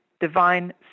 divine